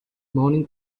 morning